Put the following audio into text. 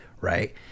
right